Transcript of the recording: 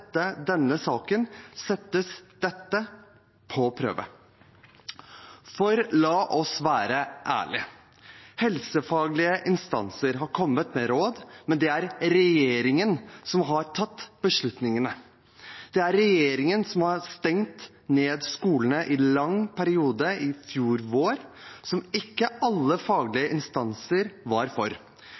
denne saken settes dette på prøve. La oss være ærlige: Helsefaglige instanser har kommet med råd, men det er regjeringen som har tatt beslutningene. Det var regjeringen som stengte ned skolene i en lang periode i fjor vår, som ikke alle faglige instanser var for.